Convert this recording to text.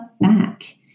back